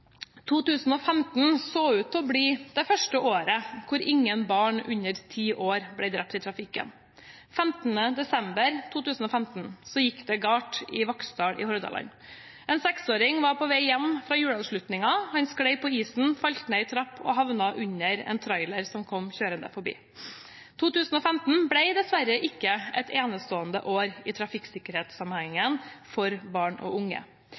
2015 så ut til å bli det første året hvor ingen barn under ti år ble drept i trafikken. Men 15. desember 2015 gikk det galt i Vaksdal i Hordaland. En seksåring var på vei hjem fra juleavslutning. Han skled på isen, falt ned en trapp og havnet under en trailer som kom kjørende forbi. 2015 ble dessverre ikke et enestående år i trafikksikkerhetssammenheng for barn og unge.